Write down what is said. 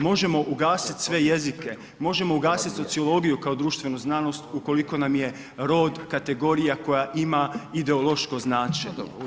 Možemo ugasiti sve jezike, možemo ugasiti sociologiju kao društvenu znanost ukoliko nam je rod kategorija koja ima ideološko značenje.